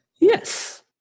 Yes